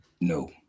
No